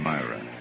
Myra